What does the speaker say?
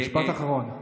משפט אחרון.